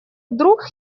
вдруг